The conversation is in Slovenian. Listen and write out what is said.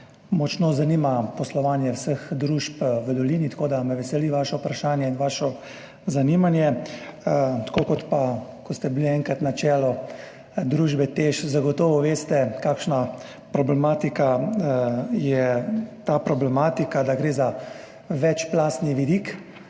močno zanima poslovanje vseh družb v Dolini, tako da me veseli vaše vprašanje in vaše zanimanje. Tako kot pa, ker ste bili enkrat na čelu družbe Teš, zagotovo veste, kakšna problematika je ta problematika, da gre za večplastni vidik.